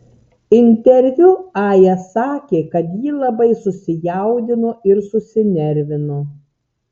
interviu aja sakė kad ji labai susijaudino ir susinervino